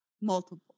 multiple